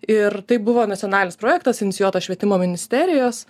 ir tai buvo nacionalinis projektas inicijuotas švietimo ministerijos